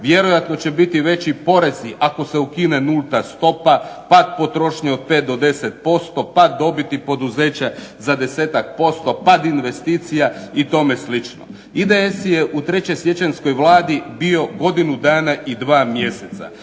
vjerojatno će biti veći porezi ako se ukine nulta stopa, pad potrošnje od 5 do 10%, pad dobiti poduzeća za 10-tak%, pad investicija i tome slično. IDS je u 3. siječanjskoj Vladi bio godinu dana i dva mjeseca,